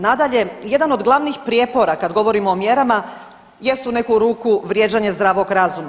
Nadalje, jedan od glavnih prijepora kad govorimo o mjerama jest u neku ruku vrijeđanje zdravog razuma.